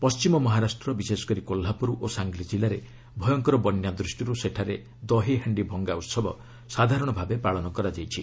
ପଣ୍ଟିମ ମହାରାଷ୍ଟ୍ର ବିଶେଷ କରି କୋହ୍ଲାପୁର ଓ ସାଙ୍ଗଲି ଜିଲ୍ଲାରେ ଭୟଙ୍କର ବନ୍ୟା ଦୃଷ୍ଟିରୁ ସେଠାରେ ଦହି ହାଣ୍ଡି ଭଙ୍ଗା ଉତ୍ସବ ସାଧାରଣ ଭାବେ ପାଳନ କରାଯାଇଛି